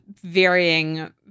varying